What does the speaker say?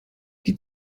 die